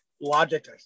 logic